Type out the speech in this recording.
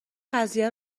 قضیه